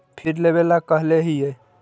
फिर लेवेला कहले हियै?